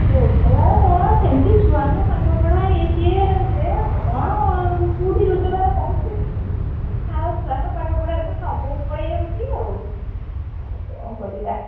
ରୋଜଗାର କ'ଣ ସେମିତି ଛୁଆଙ୍କ ପାଠପଢ଼ା ସିଏ କ'ଣ କୋଉଠି ରୋଜଗାର ହେଉଛି ଆଉ ଛୁଆଙ୍କ ପାଠପଢ଼ାରେ ତ ସବୁ ପଳେଇଯାଉଛି ଆଉ କ'ଣ କରିବା